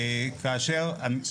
מסודרת.